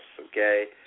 okay